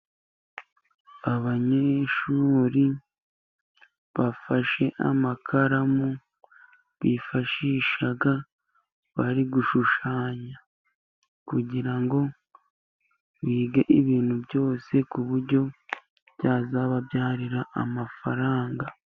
Abanyeshuri bafashe amakaramu bifashisha bari gushushanya, kugira ngo bige ibintu byose ku buryo byazababyarira amafaranga.